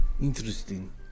Interesting